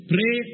Pray